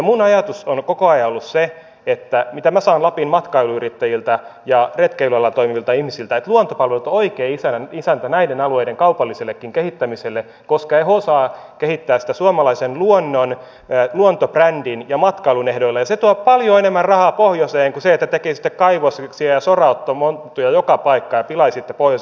minun ajatukseni on koko ajan ollut se mitä minä saan viestiä lapin matkailuyrittäjiltä ja retkeilyalalla toimivilta ihmisiltä että luontopalvelut on oikea isäntä näiden alueiden kaupallisellekin kehittämiselle koska he osaavat kehittää sitä suomalaisen luonnon luontobrändin ja matkailun ehdoilla ja se tuo paljon enemmän rahaa pohjoiseen kuin se että tekisitte kaivoksia ja soranottomonttuja joka paikkaan ja pilaisitte pohjoisen luonnon